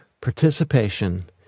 participation